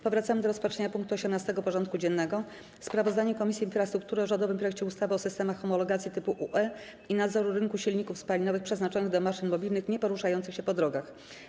Powracamy do rozpatrzenia punktu 18. porządku dziennego: Sprawozdanie Komisji Infrastruktury o rządowym projekcie ustawy o systemach homologacji typu UE i nadzoru rynku silników spalinowych przeznaczonych do maszyn mobilnych nieporuszających się po drogach.